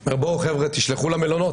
אומר, בואו חבר'ה, תשלחו למלונות.